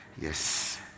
Yes